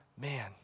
man